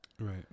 right